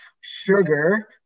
sugar